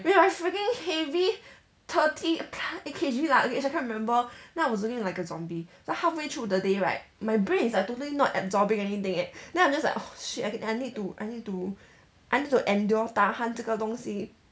with my freaking heavy thirty K_G luggage I can't remember then I was looking like a zombie then halfway through the day right my brain is like totally not absorbing anything eh then I'm just like oh shit I need I need to I need to I need to endure tahan 这个东西